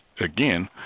again